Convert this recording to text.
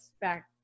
back